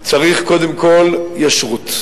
צריך קודם כול ישרות.